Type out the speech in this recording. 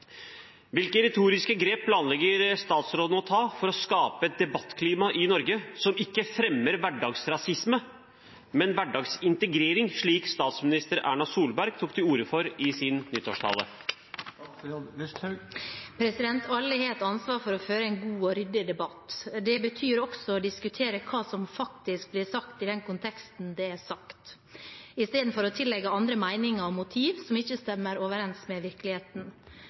Hvilke retoriske grep planlegger statsråden å ta for å skape et debattklima i Norge som ikke fremmer hverdagsrasisme, men hverdagsintegrering slik statsminister Erna Solberg tok til orde for i sin nyttårstale?» Alle har et ansvar for å føre en god og ryddig debatt. Det betyr også å diskutere hva som faktisk blir sagt i den konteksten det er sagt, istedenfor å tillegge andre meninger og motiv som ikke stemmer overens med virkeligheten.